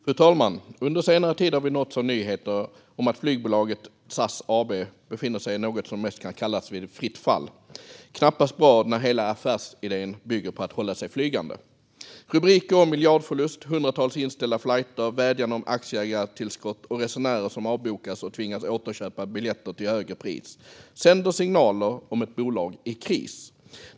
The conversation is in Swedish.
Fru talman! Under senare tid har vi nåtts av nyheter om att flygbolaget SAS AB befinner sig i något som kan kallas fritt fall. Det är knappast bra när hela affärsidén bygger på att hålla sig flygande. Rubriker om miljardförluster, hundratals inställda flighter, vädjanden om aktieägartillskott och resenärer som avbokas och tvingas återköpa biljetter till högre pris sänder signaler om ett bolag i kris.